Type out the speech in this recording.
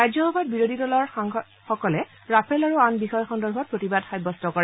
ৰাজ্যসভাত বিৰোধী দলৰ সদস্যসকলে ৰাফেল আৰু আন বিষয় সন্দৰ্ভত প্ৰতিবাদ সাব্যস্ত কৰে